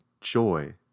joy